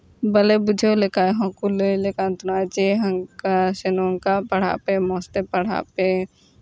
ᱵᱟᱞᱮ ᱵᱩᱡᱷᱟᱹᱣ ᱞᱮᱠᱷᱟᱡ ᱦᱚᱸ ᱠᱚ ᱞᱟᱹᱭ ᱟᱞᱮ ᱠᱟᱱ ᱛᱟᱦᱮᱱᱟ ᱡᱮ ᱦᱟᱱᱠᱟ ᱥᱮ ᱱᱚᱝᱠᱟ ᱯᱟᱲᱦᱟᱜ ᱯᱮ ᱢᱚᱡᱽ ᱛᱮ ᱯᱟᱲᱦᱟᱜ ᱯᱮ